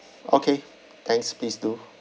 okay thanks please do